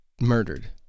murdered